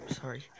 Sorry